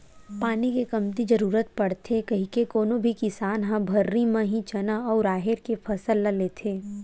पानी के कमती जरुरत पड़थे कहिके कोनो भी किसान ह भर्री म ही चना अउ राहेर के फसल ल लेथे